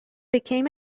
became